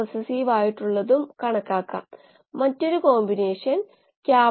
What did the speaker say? അത്രയുമാണ് module 4